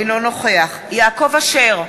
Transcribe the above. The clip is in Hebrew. אינו נוכח יעקב אשר,